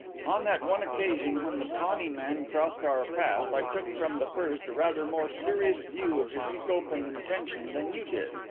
on that one occasion when the tawny man crossed our path, i took from the first a rather more serious view of his scope and intention than you did.